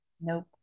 Nope